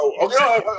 okay